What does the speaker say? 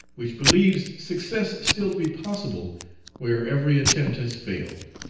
which believes success still to be possible where every attempt has failed.